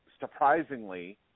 surprisingly